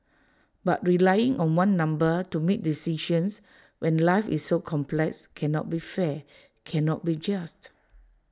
but relying on one number to make decisions when life is so complex cannot be fair cannot be just